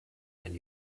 and